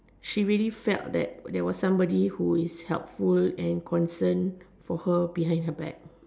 she really felt that there was somebody who is helpful and concerned for her behind her back